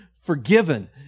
forgiven